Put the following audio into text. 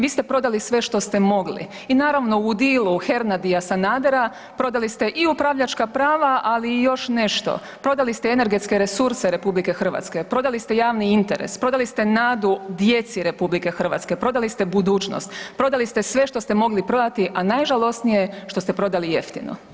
Vi ste prodali sve što ste mogli i naravno u dealu Hernadia-Sanadera prodali ste i upravljačka prava, ali i još nešto, prodali ste energetske resurse RH, prodali ste javni interes, prodali ste nadu djeci RH, prodali ste budućnost, prodali ste sve što ste mogli prodati, a najžalosnije je što ste prodali jeftino.